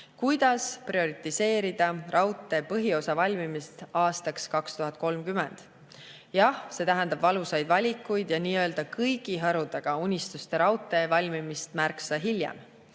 kuidas prioriseerida raudtee põhiosa valmimist aastaks 2030? Jah, see tähendab ka valusaid valikuid ja nii-öelda kõigi harudega unistuste raudtee valmimist märksa hiljem.